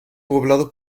poblado